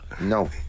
no